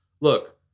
look